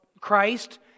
Christ